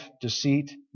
deceit